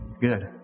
Good